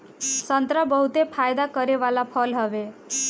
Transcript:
संतरा बहुते फायदा करे वाला फल हवे